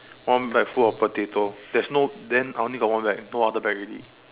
one bag full of potato there's no then I only got one bag no other bag already